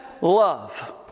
Love